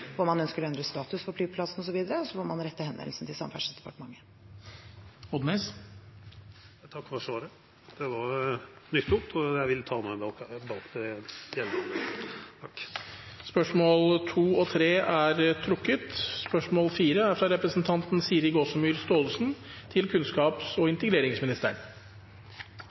om man ønsker å endre status for flyplassen osv. Så må man rette henvendelsen til Samferdselsdepartementet. Eg takkar for svaret. Det var nyttig, og eg vil ta det med meg tilbake. Dette spørsmålet er trukket tilbake. Dette spørsmålet er trukket